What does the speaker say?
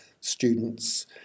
students